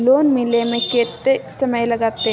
Loan मिले में कत्ते समय लागते?